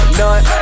nut